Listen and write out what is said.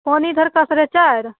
पानि इधर का साढ़े चारि